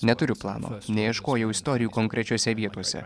neturiu plano neieškojau istorijų konkrečiose vietose